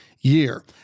year